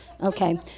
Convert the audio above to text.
Okay